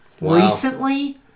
recently